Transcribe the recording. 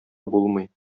булмый